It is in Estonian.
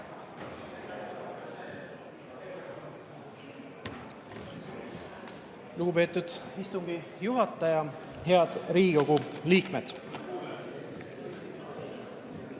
Lugupeetud istungi juhataja! Head Riigikogu liikmed!